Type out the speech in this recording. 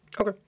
Okay